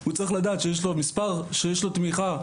הוא צריך לדעת שיש מספר שבו הוא מקבל תמיכה,